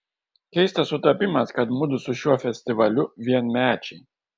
keistas sutapimas kad mudu su šiuo festivaliu vienmečiai